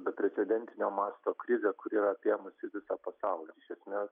beprecedentinio masto krize kuri yra apėmusi visą pasaulį iš esmės